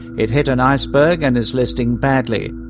it hit an iceberg and is listing badly.